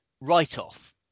write-off